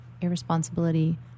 irresponsibility